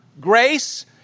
grace